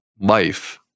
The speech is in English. life